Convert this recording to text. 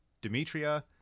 Demetria